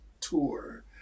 tour